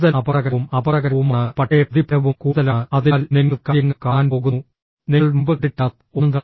കൂടുതൽ അപകടകരവും അപകടകരവുമാണ് പക്ഷേ പ്രതിഫലവും കൂടുതലാണ് അതിനാൽ നിങ്ങൾ കാര്യങ്ങൾ കാണാൻ പോകുന്നു നിങ്ങൾ മുമ്പ് കണ്ടിട്ടില്ലാത്ത ഒന്ന്